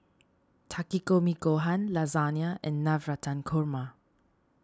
Takikomi Gohan Lasagna and Navratan Korma